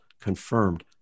confirmed